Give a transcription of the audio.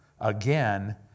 Again